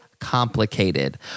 complicated